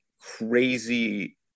crazy